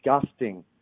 disgusting